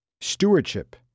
stewardship